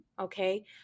Okay